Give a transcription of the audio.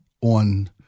on